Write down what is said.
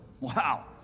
Wow